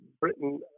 Britain